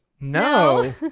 No